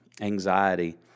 anxiety